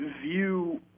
view